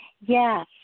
Yes